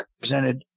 presented